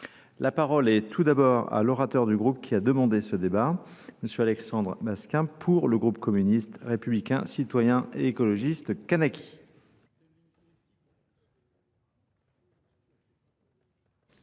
La parole est tout d'abord à l'orateur du groupe qui a demandé ce débat, monsieur Alexandre Masquin, pour le groupe communiste, républicain, citoyen et écologiste Kanaki.